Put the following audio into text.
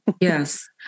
yes